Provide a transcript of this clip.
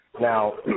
Now